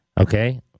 Okay